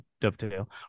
dovetail